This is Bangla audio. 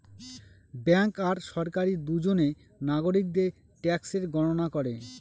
ব্যাঙ্ক আর সরকারি দুজনে নাগরিকদের ট্যাক্সের গণনা করে